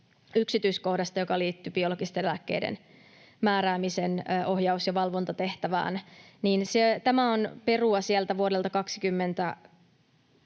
yksityiskohdasta, joka liittyi biologisten lääkkeiden määräämisen ohjaus- ja valvontatehtävään. Tämä on perua sieltä vuodelta 22